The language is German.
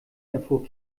erfuhr